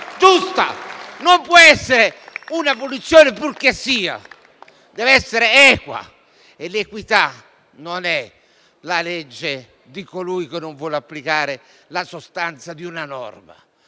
FI-BP)*. Non può essere una punizione purchessia: deve essere equa. E l'equità non è la legge di colui che non vuole applicare la sostanza di una norma: